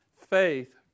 faith